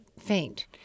Faint